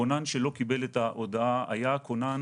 הכונן שלא קיבל את ההודעה היה הכונן